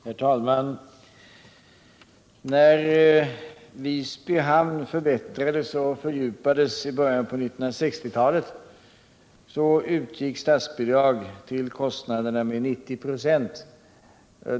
Herr talman! När Visby hamn förbättrades och fördjupades i början på 1960-talet utgick statsbidrag till kostnaderna med 90 96.